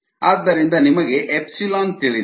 ಆದ್ದರಿಂದ ನಿಮಗೆ ε ತಿಳಿದಿದೆ